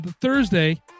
Thursday